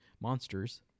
monsters